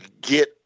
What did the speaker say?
get